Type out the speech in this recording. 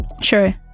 Sure